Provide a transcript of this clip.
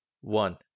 One